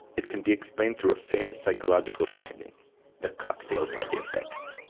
it can be explained through a famous psychological finding the cocktail party effect.